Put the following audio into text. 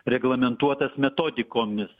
reglamentuotas metodikomis